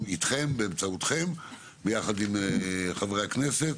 איתכם ובאמצעותכם ביחד עם חברי הכנסת,